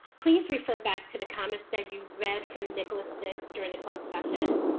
please refer back to the comments that you read from nicholas dix during the closed session.